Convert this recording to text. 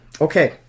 Okay